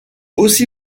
aussi